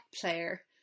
player